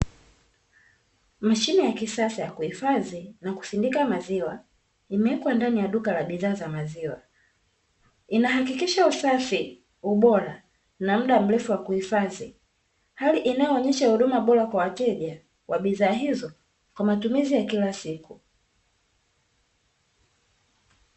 Mashine ya kisasa ya kuhifadhi na kusindika maziwa imewekwa ndani ya duka la bidhaa za maziwa, ina hakikisha usafi, ubora na mda mrefu wa kuhifadhi hali inayoonesha huduma bora kwa wateja wa bidhaa hizo kwa matumizi ya kila siku.